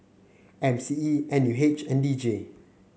M C E N U H and D J